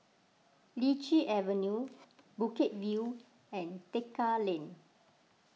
Lichi Avenue Bukit View and Tekka Lane